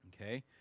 Okay